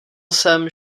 jsem